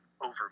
over